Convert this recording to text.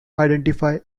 identify